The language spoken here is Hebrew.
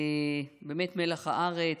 באמת מלח הארץ.